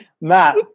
Matt